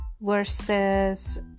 versus